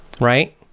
right